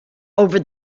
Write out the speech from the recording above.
over